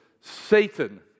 Satan